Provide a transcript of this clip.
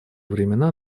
времена